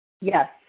Yes